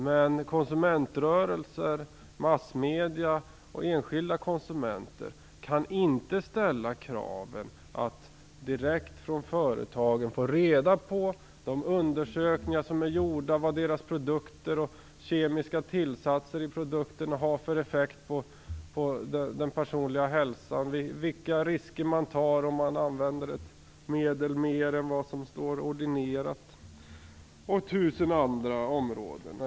Men konsumentrörelser, massmedier och enskilda konsumenter kan inte ställa kravet att direkt från företagen få ta del av de undersökningar som gjorts beträffande dessas produkter. Det kan handla om vad de kemiska tillsatserna i produkterna har för effekt på den personliga hälsan, vilka risker man tar om man använder ett medel mer än vad som står ordinerat och tusen andra områden.